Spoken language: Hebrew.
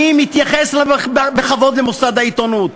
אני מתייחס בכבוד למוסד העיתונות.